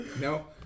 no